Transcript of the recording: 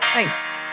Thanks